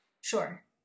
Sure